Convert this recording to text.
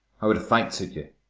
how would a fight suit you?